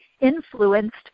influenced